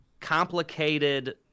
complicated